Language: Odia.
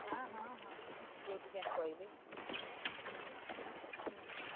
ହଁ ହଁ ହଁ କେଉଁଠିକା କହିବି ହୁଁ ହେଲା